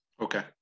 okay